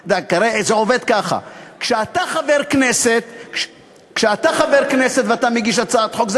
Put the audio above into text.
זה עובד ככה: כשאתה חבר כנסת ואתה מגיש הצעת חוק,